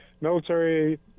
military